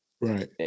right